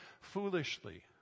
foolishly